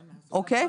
אוקיי?